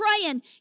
praying